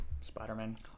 Spider-Man